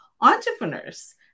entrepreneurs